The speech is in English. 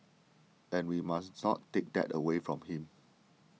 and we must not take that away from him